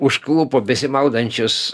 užklupo besimaudančius